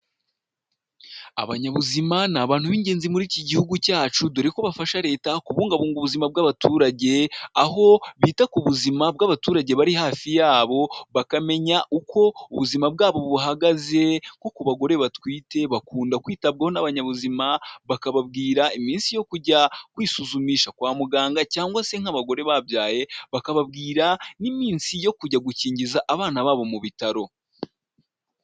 Abanyabuzima ni abantu b'ingenzi muri iki gihugu cyacu dore ko bafasha Leta kubungabunga ubuzima bw'abaturage, aho bita ku buzima bw'abaturage bari hafi yabo, bakamenya uko ubuzima bwabo buhagaze, nko ku bagore batwite bakunda kwitabwaho n'abanyabuzima bakababwira iminsi yo kujya kwisuzumisha kwa muganga cyangwa se nk'abagore babyaye bakababwira nk'iminsi yo kujya gukingiza abana babo mu bitaro.